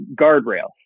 guardrails